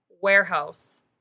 warehouse